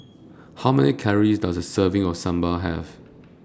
How Many Calories Does A Serving of Sambal Have